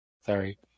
Sorry